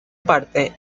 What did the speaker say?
parte